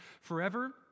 forever